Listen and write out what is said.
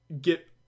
get